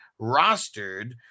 rostered